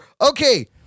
Okay